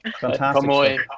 fantastic